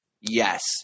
Yes